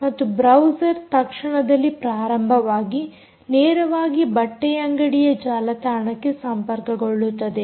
ಮತ್ತು ಬ್ರೌಸರ್ ತಕ್ಷಣದಲ್ಲಿ ಪ್ರಾರಂಭವಾಗಿ ನೇರವಾಗಿ ಬಟ್ಟೆಯಂಗಡಿಯ ಜಾಲತಾಣಕ್ಕೆ ಸಂಪರ್ಕಗೊಳ್ಳುತ್ತದೆ